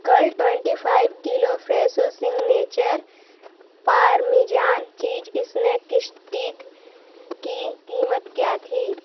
कल twenty five kilo Fresho signature parmesan cheese snack stick की कीमत क्या थी